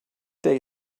day